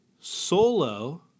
Solo